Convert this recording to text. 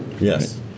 Yes